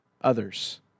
others